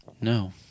no